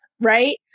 Right